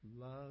love